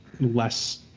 less